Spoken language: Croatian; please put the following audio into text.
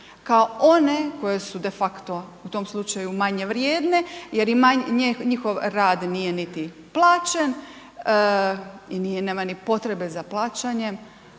kao one koje su de facto u tom slučaju manje vrijedne jer i manje njihov rad nije niti plaćen i nema ni potrebe za plaćanjem